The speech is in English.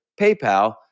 PayPal